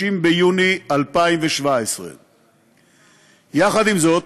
30 ביוני 2017. עם זאת,